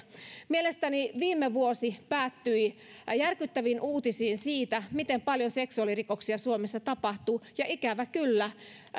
mielestäni viime vuosi päättyi järkyttäviin uutisiin siitä miten paljon seksuaalirikoksia suomessa tapahtuu ja ikävä kyllä siitä